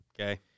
Okay